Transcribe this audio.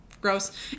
Gross